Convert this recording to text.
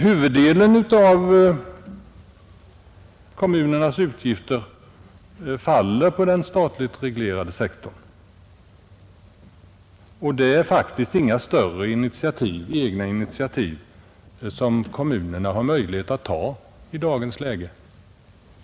Huvuddelen av kommunernas utgifter faller på den statligt reglerade sektorn, och kommunerna har faktiskt inte möjlighet att ta några större egna initiativ i dagens läge.